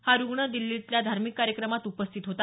हा रुग्ण दिल्लीतल्या धार्मिक कार्यक्रमात उपस्थित होता